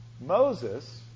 Moses